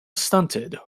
stunted